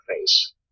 face